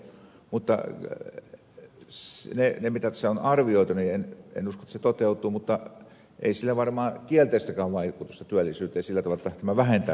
mutta en usko että se mitä tässä on arvioitu toteutuu mutta ei sillä ole varmaan kielteistäkään vaikutusta työllisyyteen sillä tavalla jotta tämä vähentäisi ainakaan työllisyyttä